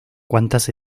cuantas